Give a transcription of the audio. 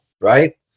right